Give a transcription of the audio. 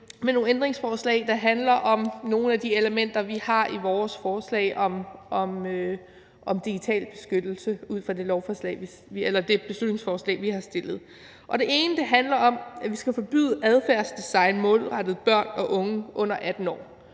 er nogle ændringsforslag, der handler om nogle af de elementer, vi har i vores forslag om digital beskyttelse, baseret på det beslutningsforslag, vi har fremsat. Det ene handler om, at vi skal forbyde adfærdsdesign målrettet børn og unge under 18 år.